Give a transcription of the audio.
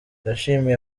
yashimiye